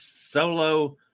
solo